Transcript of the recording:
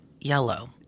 yellow